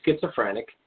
schizophrenic